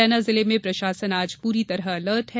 मुरैना जिले में प्रशासन आज पूरी तरह अलर्ट है